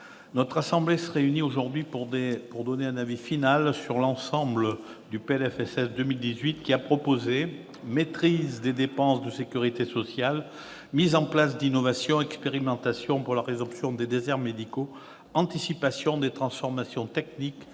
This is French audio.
notre assemblée se réunit aujourd'hui pour donner un avis final sur l'ensemble du PLFSS pour 2018, au travers duquel sont proposées la maîtrise des dépenses de sécurité sociale, la mise en place d'innovations et d'expérimentations pour la résorption des déserts médicaux, enfin l'anticipation des transformations techniques